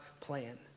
plan